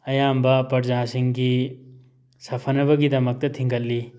ꯑꯌꯥꯝꯕ ꯄ꯭ꯔꯖꯥꯁꯤꯡꯒꯤ ꯁꯥꯐꯅꯕꯒꯤꯗꯃꯛꯇ ꯊꯤꯡꯒꯠꯂꯤ